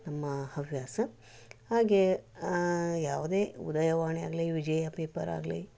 ನಮ್ಮ ಹವ್ಯಾಸ ಹಾಗೆ ಯಾವುದೇ ಉದಯವಾಣಿ ಆಗಲಿ ವಿಜಯ ಪೇಪರ್ ಆಗಲಿ